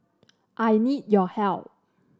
I need your help